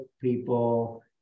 people